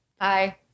Hi